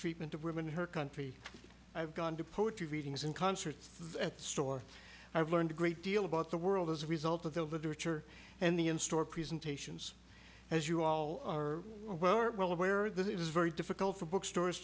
treatment of women in her country i've gone to poetry readings in concerts at store i've learned a great deal about the world as a result of the literature and the in store presentations as you all are well aware that it is very difficult for bookstores